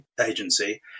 agency